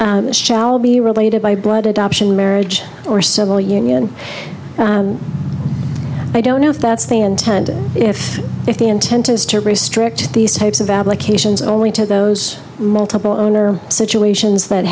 c shall be related by blood adoption marriage or civil union i don't know if that's the intent if if the intent is to restrict these types of applications only to those multiple owner situations that